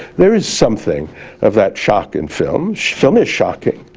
there is something of that shock in film. film is shocking.